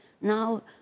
Now